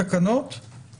ולכן צריך לעשות משם את ההפחתה,